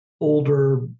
older